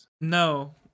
No